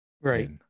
Right